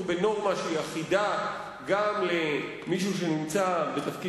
בנורמה שהיא אחידה גם למישהו שנמצא בתפקיד